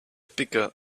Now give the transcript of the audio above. bigger